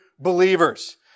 believers